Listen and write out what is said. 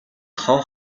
хонх